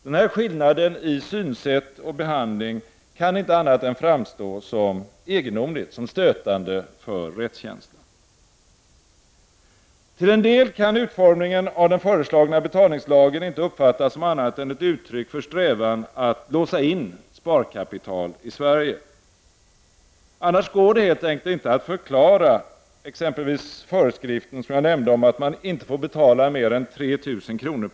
Denna skillnad i synsätt och behandling kan inte annat än framstå som stötande för rättskänslan. Till en del kan utformningen av den föreslagna betalningslagen inte uppfattas som annat än ett uttryck för strävan att låsa in sparkapital i Sverige, annars går det helt enkelt inte att förklara exempelvis föreskriften, som jag nämnde, att man inte får betala mer än 3 000 kr.